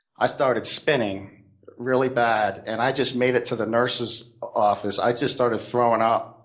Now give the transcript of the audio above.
i started spinning really bad, and i just made it to the nurse's office. i just started throwing up.